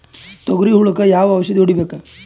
ತೊಗರಿ ಹುಳಕ ಯಾವ ಔಷಧಿ ಹೋಡಿಬೇಕು?